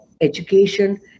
education